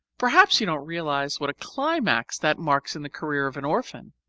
perhaps you don't realize what a climax that marks in the career of an orphan?